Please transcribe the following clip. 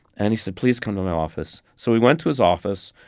and he said, please, come to my office. so we went to his office,